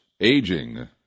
aging